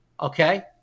okay